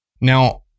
Now